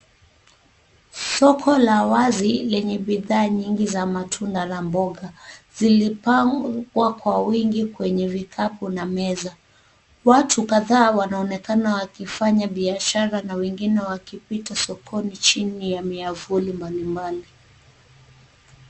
Soko la wazi lenye bidhaa nyingi za matunda na mboga. Zilipangwa kwa wingi kwenye vikapu na meza. Watu kadhaa wanaonekana wakifanya biashara na wengine wakipita sokoni chini ya miavuli mbalimbali.